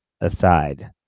aside